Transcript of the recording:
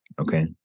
okay